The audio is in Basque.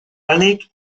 lanik